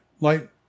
light